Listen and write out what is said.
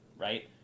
right